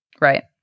Right